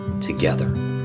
together